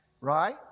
right